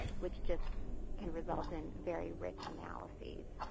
which just can result in very rich analyses.